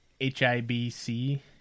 H-I-B-C